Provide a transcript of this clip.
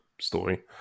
story